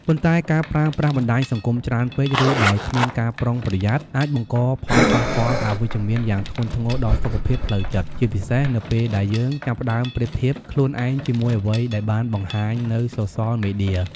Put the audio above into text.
ប៉ុន្តែ ការប្រើប្រាស់បណ្ដាញសង្គមច្រើនពេក ឬដោយគ្មានការប្រុងប្រយ័ត្នអាចបង្កផលប៉ះពាល់អវិជ្ជមានយ៉ាងធ្ងន់ធ្ងរដល់សុខភាពផ្លូវចិត្ត ជាពិសេសនៅពេលដែលយើងចាប់ផ្ដើមប្រៀបធៀបខ្លួនឯងជាមួយអ្វីដែលបានបង្ហាញនៅសូសលមេឌៀ។